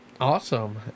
Awesome